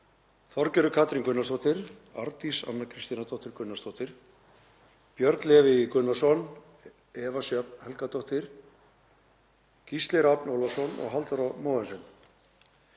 Þorgerður Katrín Gunnarsdóttir, Arndís Anna Kristínardóttir Gunnarsdóttir, Björn Leví Gunnarsson, Eva Sjöfn Helgadóttir, Gísli Rafn Ólafsson og Halldóra Mogensen.